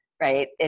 Right